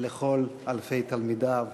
ולכל אלפי תלמידיו